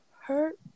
hurt